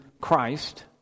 Christ